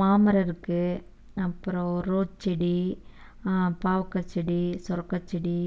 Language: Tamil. மாமரம் இருக்குது அப்புறம் ரோஸ் செடி பாவைக்காய் செடி சுரக்கா செடி